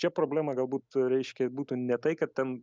čia problema galbūt reiškia būtų ne tai kad ten